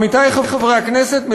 עמיתי חברי הכנסת,